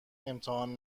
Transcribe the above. امتحان